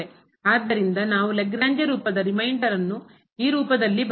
ಆದ್ದರಿಂದ ನಾವು ಲ್ಯಾಗ್ರೇಂಜ್ ರೂಪದ ರಿಮೈಂಡರ್ ಅನ್ನು ಈ ರೂಪದಲ್ಲಿ ಬರೆಯಬಹುದು